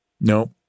No